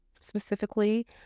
specifically